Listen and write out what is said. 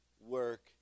work